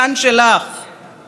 ומה שעושה נתניהו,